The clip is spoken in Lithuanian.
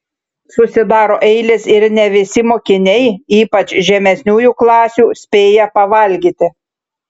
susidaro eilės ir ne visi mokiniai ypač žemesniųjų klasių spėja pavalgyti